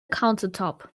countertop